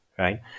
Right